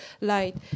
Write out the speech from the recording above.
light